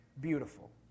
beautiful